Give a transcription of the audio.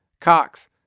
Cox